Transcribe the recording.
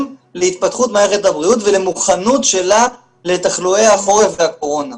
להתפתחות מערכת הבריאות ולמוכנות שלה לתחלואי החורף והקורונה.